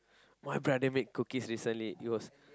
my brother make cookies recently it was